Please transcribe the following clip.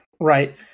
right